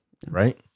right